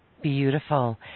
beautiful